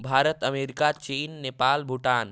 Bharat America चीन नेपाल भुटान